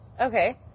okay